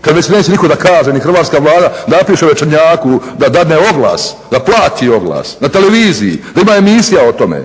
kad već neće nitko da kaže ni hrvatska Vlada da napiše u Večernjaku, da dadne oglas da plati oglas na televiziji, da ima emisija o tome